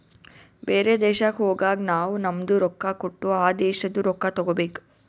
ಬೇರೆ ದೇಶಕ್ ಹೋಗಗ್ ನಾವ್ ನಮ್ದು ರೊಕ್ಕಾ ಕೊಟ್ಟು ಆ ದೇಶಾದು ರೊಕ್ಕಾ ತಗೋಬೇಕ್